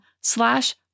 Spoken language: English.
slash